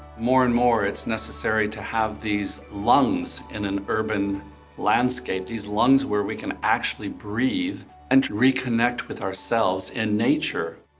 more and more it's necessary to have these lungs in an urban landscape, these ones where we can actually breathe and to reconnect with ourselves in nature.